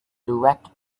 direct